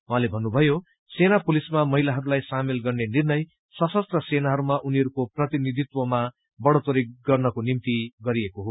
उहाँले भन्नुभयो सेना पुलिसमा महिलाहरूलाई सामेल गर्ने निर्णय सशस्त्र सेनाहरूमा उनीहरूको प्रतिनिधित्वमा बढ़ोत्तरी गर्नको निम्ति गरिएको हो